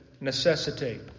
necessitate